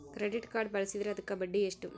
Credit card ಬಳಸಿದ್ರೇ ಅದಕ್ಕ ಬಡ್ಡಿ ಎಷ್ಟು?